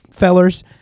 Fellers